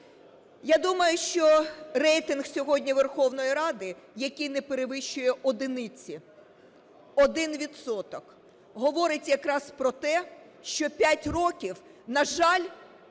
Я думаю, що рейтинг сьогодні Верховної Ради, який не перевищує одиниці, один відсоток, говорить якраз про те, що 5 років, на жаль,